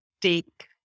take